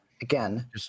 Again